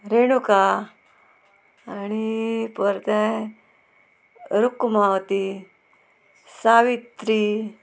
रेणुका आनी परते रुक्कमावती सावित्री